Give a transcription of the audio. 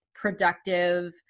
productive